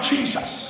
Jesus